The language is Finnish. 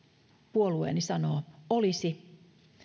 puolueeni sanoo